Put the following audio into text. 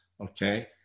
Okay